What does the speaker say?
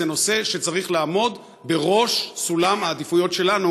זה נושא שצריך לעמוד בראש סולם העדיפויות שלנו